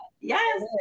yes